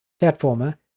platformer